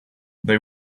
they